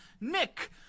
Nick